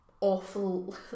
awful